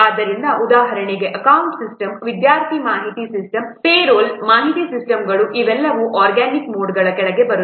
ಆದ್ದರಿಂದ ಉದಾಹರಣೆಗೆ account system ವಿದ್ಯಾರ್ಥಿ ಮಾಹಿತಿ ಸಿಸ್ಟಮ್ ಪೇ ರೋಲ್ ಮಾಹಿತಿ ಸಿಸ್ಟಮ್ಗಳು ಇವೆಲ್ಲವೂ ಆರ್ಗ್ಯಾನಿಕ್ ಮೋಡ್ಗಳ ಕೆಳಗೆ ಬರುತ್ತವೆ